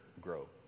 grow